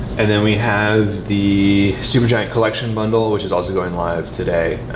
and then we have the supergiant collection bundle, which is also going live today,